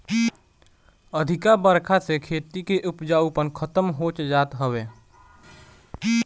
अधिका बरखा से खेती के उपजाऊपना खतम होत जात हवे